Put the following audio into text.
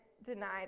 denied